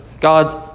God's